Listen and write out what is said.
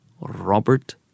Robert